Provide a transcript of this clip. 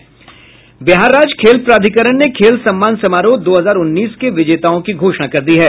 बिहार राज्य खेल प्राधिकरण ने खेल सम्मान समारोह दो हजार उन्नीस के विजेताओं की घोषणा कर दी है